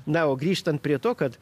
na o grįžtant prie to kad